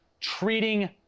treating